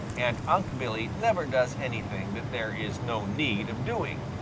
and unc' billy never does anything that there is no need of doing.